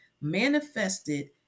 manifested